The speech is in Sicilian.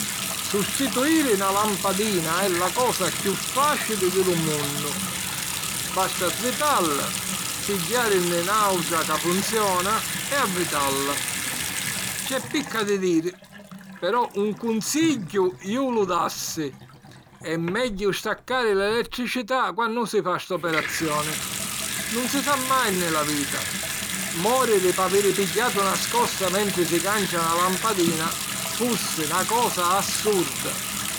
Sustituiri na lampadina è la cosa chiù fàcili di lu munnu: basta svitalla, pigghiàrinni nàutra ca funziona e avvitalla. C'è picca di diri. Però un cunsigghiu iu lu dassi: è megghiu staccari l'elettricità quannu si fa st'operazioni. Nun si sa mai nni la vita: mòriri p'aviri pigghiatu na scossa mentri si cancia na lampadina fussi na cosa assurda.